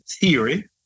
theory